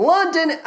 London